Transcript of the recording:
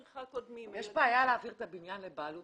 יש בעיה להעביר את הבניין לבעלות